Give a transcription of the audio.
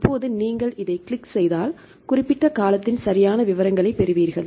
இப்போது நீங்கள் இதைக் கிளிக் செய்தால் குறிப்பிட்ட காலத்தின் சரியான விவரங்களைப் பெறுவீர்கள்